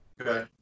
Okay